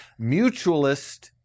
mutualist